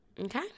Okay